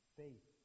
faith